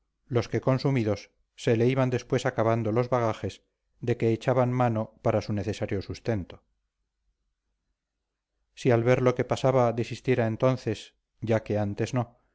los que consumidos se le iban después acabando los bagajes de que echaban mano para su necesario sustento si al ver lo que pasaba desistiera entonces ya que antes no